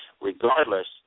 Regardless